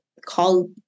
call